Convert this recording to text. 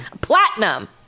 Platinum